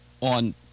on